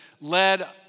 led